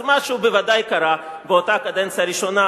אז משהו בוודאי קרה באותה קדנציה ראשונה,